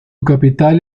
capital